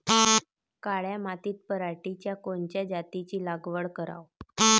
काळ्या मातीत पराटीच्या कोनच्या जातीची लागवड कराव?